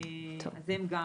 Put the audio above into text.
אז הם גם.